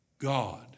God